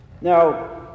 Now